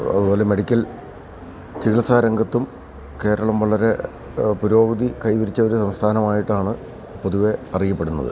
അത്പോലെ മെഡിക്കൽ ചികിത്സാ രംഗത്തും കേരളം വളരെ പുരോഗതി കൈവരിച്ച ഒരു സംസ്ഥാനമായിട്ടാണ് പൊതുവെ അറിയപ്പെടുന്നത്